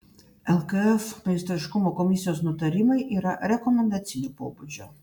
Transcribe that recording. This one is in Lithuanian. lkf meistriškumo komisijos nutarimai yra rekomendacinio pobūdžio